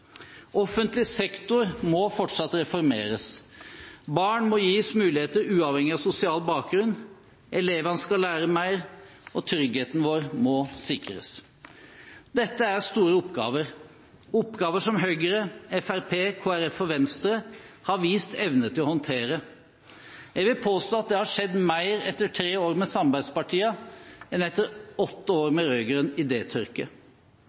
Offentlig sektor må fortsatt reformeres. Barn må gis muligheter uavhengig av sosial bakgrunn. Elevene skal lære mer. Tryggheten vår må sikres. Dette er store oppgaver – oppgaver som Høyre, Fremskrittspartiet, Kristelig Folkeparti og Venstre har vist evne til å håndtere. Jeg vil påstå at det har skjedd mer etter tre år med samarbeidspartiene enn etter åtte år